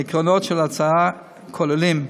העקרונות של ההצעה כוללים: